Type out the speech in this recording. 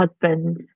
husband